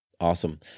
Awesome